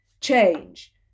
change